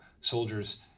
soldiers